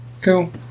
Cool